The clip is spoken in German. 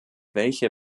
welche